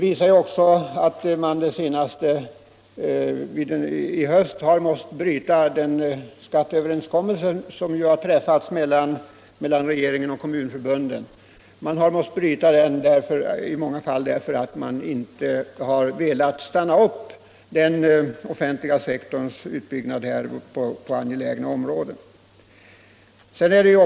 I höst har många kommuner och landsting måst bryta den skattestoppsöverenskommelse som träffats mellan regeringen och kommunförbunden därför att man inte har velat stoppa den offentliga sektorns utbyggnad på angelägna områden.